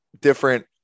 different